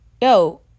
yo